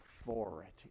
authority